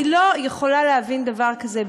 אני לא יכולה להבין דבר כזה.